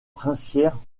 princière